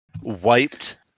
wiped